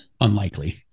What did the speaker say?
unlikely